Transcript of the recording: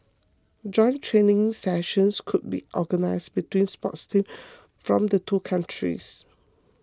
joint training sessions could be organised between sports teams from the two countries